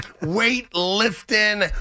weight-lifting